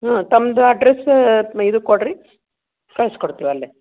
ಹಾಂ ತಮ್ದು ಅಡ್ರಸ್ ಮ ಇದು ಕೊಡ್ರೀ ಕಳ್ಸಿ ಕೊಡ್ತಿವಿ ಅಲ್ಲೇ